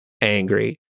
angry